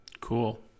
Cool